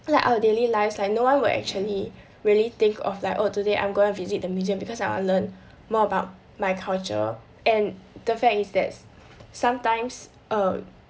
like our daily lives like no one will actually really think of like oh today I'm going to visit the museum because I'll learn more about my culture and the fact is that sometimes err